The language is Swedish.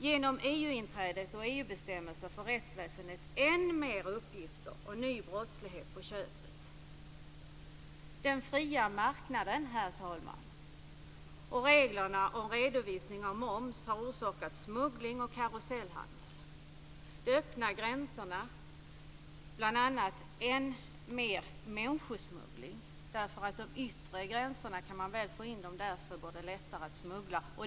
Genom EU-inträdet och EU bestämmelserna får rättsväsendet än mer uppgifter och ny brottslighet på köpet. Den fria marknaden, herr talman, och reglerna om redovisning av moms har orsakat smuggling och karusellhandel. De öppna gränserna har bl.a. orsakat än mer människosmuggling, därför att om man väl kan få in människor över de yttre gränserna så går det lättare att smuggla.